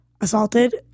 assaulted